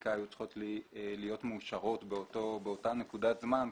והחקיקה היו צריכות להיות מאושרות באותה נקודת זמן,